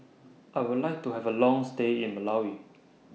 I Would like to Have A Long stay in Malawi